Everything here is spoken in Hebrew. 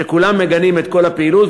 שכולם מגנים את כל הפעילות,